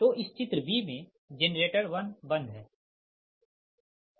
तो इस चित्र b में जेनरेटर 1 बंद है